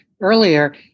earlier